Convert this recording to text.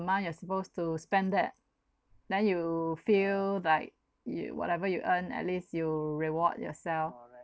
month you're supposed to spend that then you feel like you whatever you earn at least you reward yourself